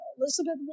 Elizabeth